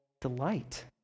delight